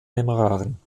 memoiren